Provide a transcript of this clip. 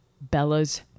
Bella's